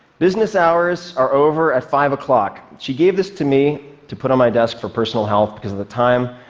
business hours are over at five o'clock. she gave this to me to put on my desk for personal health, because at the time,